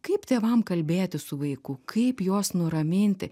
kaip tėvam kalbėti su vaiku kaip juos nuraminti